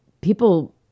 people